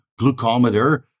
glucometer